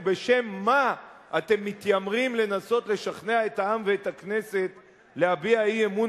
ובשם מה אתם מתיימרים לנסות לשכנע את העם ואת הכנסת להביע אי-אמון